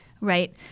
Right